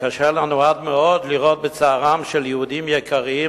קשה לנו עד מאוד לראות בצערם של יהודים יקרים